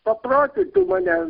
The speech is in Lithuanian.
paprotintų mane